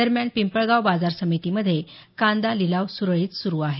दरम्यान पिंपळगाव बाजारसमितीमधे कांदा लिलाव सुरळित सुरू आहे